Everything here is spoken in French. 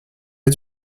est